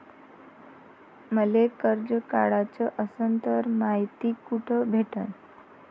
मले कर्ज काढाच असनं तर मायती कुठ भेटनं?